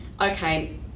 okay